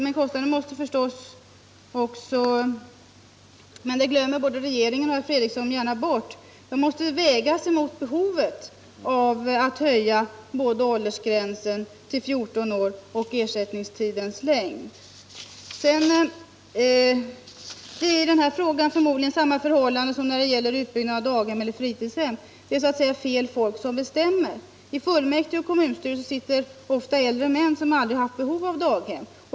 Men kostnaden måste förstås — det glömmer både regeringen och herr Fredriksson gärna bort — vägas mot behovet av att höja åldersgränsen till 14 år och förlänga ersättningstiden. Det är i denna fråga förmodligen samma förhållande som när det gäller utbyggnad av daghem och fritidshem — det är så att säga fel människor som bestämmer. I fullmäktige och kommunstyrelser sitter ofta äldre män som aldrig har känt behovet av daghem.